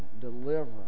deliverance